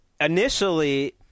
initially –